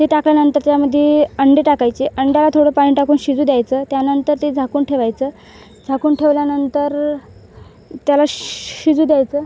ते टाकल्यानंतर त्यामध्ये अंडे टाकायचे अंड्याला थोडं पाणी टाकून शिजू द्यायचं त्यानंतर ते झाकून ठेवायचं झाकून ठेवल्यानंतर त्याला श शिजू द्यायचं